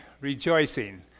rejoicing